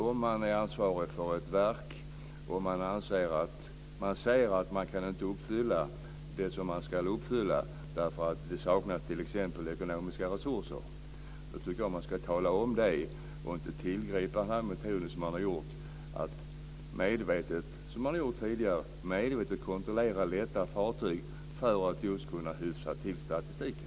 Om man är ansvarig för ett verk och ser att man inte kan uppfylla det man ska uppfylla därför att det t.ex. saknas ekonomiska resurser tycker jag att man ska tala om det och inte tillgripa den metod man har gjort. Man har tidigare medvetet kontrollerat lätta fartyg för att just kunna hyfsa till statistiken.